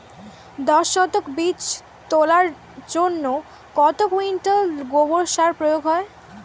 দশ শতক বীজ তলার জন্য কত কুইন্টাল গোবর সার প্রয়োগ হয়?